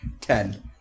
ten